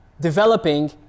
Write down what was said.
developing